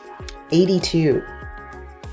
82